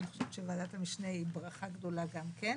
אני חושבת שוועדת המשנה היא ברכה גדולה גם כן.